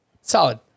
Solid